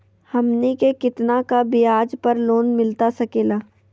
हमनी के कितना का ब्याज पर लोन मिलता सकेला?